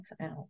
out